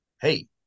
hey